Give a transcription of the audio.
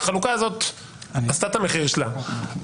החלוקה הזאת עשתה את המחיר שלה.